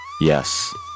Yes